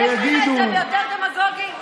יש לך את זה ביותר דמגוגי?